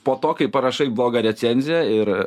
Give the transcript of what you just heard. po to kai parašai blogą recenziją ir